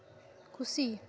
ᱠᱷᱩᱥᱤ